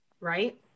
right